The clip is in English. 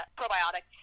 probiotic